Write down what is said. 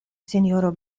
sinjoro